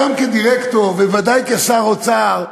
גם כדירקטור, וודאי כשר האוצר,